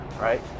right